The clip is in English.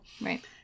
Right